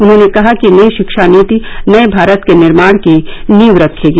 उन्होंने कहा कि नई शिक्षा नीति नये भारत के निर्माण की नींव रखेगी